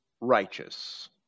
righteous